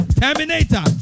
Terminator